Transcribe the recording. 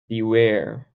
beware